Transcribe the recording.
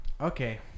Okay